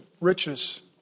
riches